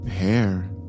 hair